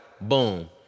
Boom